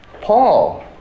Paul